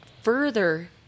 further